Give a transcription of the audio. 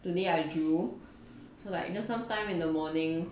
today I drew so like you know sometime in the morning